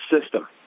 system